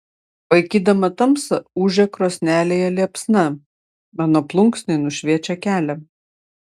vaikydama tamsą ūžia krosnelėje liepsna mano plunksnai nušviečia kelią